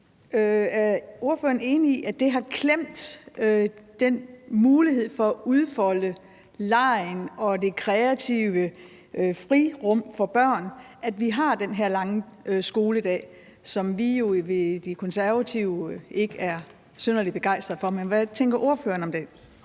Er ordføreren enig i, at det har klemt den mulighed for at udfolde legen og det kreative frirum for børn, at vi har den her lange skoledag? Det er vi Konservative jo ikke synderlig begejstrede for, men hvad tænker ordføreren om det?